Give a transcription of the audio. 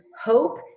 hope